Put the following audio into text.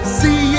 see